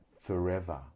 forever